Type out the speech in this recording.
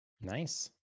Nice